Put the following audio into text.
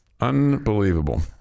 Unbelievable